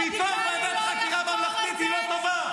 השמאל הרדיקלי לא יחקור את זה,